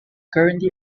currently